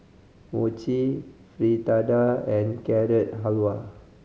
Mochi Fritada and Carrot Halwa